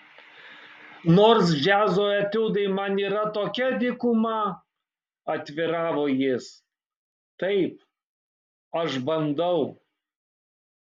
nors džiazo etiudai man yra tokia dykuma atviravo jis taip aš bandau